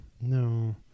No